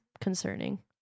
concerning